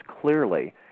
clearly